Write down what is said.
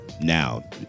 now